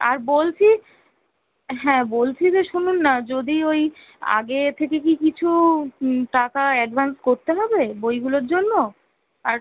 আর বলছি হ্যাঁ বলছি যে শুনুন না যদি ওই আগে থেকে কি কিছু টাকা অ্যাডভ্যান্স করতে হবে বইগুলোর জন্য আর